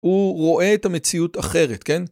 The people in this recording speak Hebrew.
הוא רואה את המציאות אחרת, כן?